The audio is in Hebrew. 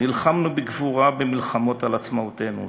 נלחמנו בגבורה במלחמות על עצמאותנו,